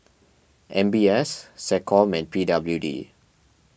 M B S SecCom and P W D